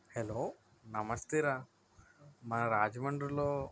hello నమస్తే రా మా రాజమండ్రిలో